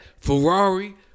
Ferrari